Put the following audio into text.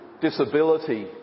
disability